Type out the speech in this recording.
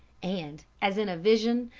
and, as in a vision,